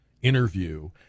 interview